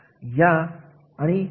याचे वेगवेगळे थर कोणते आहेत